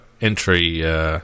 entry